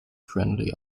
friendly